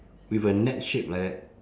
with a net shape like that